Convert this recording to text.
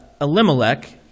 Elimelech